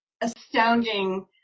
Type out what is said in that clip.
astounding